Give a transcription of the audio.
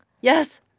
Yes